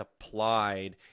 applied